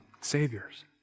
saviors